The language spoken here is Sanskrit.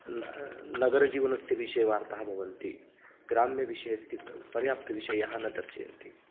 नगरजीवनस्य विषयवार्ताः भवन्ति ग्राम्यविषयस्य पर्याप्तविषयाः न दर्शयन्ति